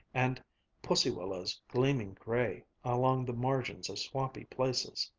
and pussy-willows gleaming gray along the margins of swampy places.